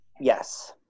yes